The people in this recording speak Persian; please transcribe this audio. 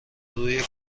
روی